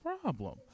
problem